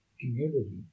community